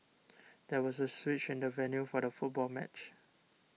there was a switch in the venue for the football match